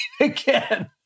again